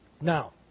Now